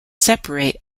separate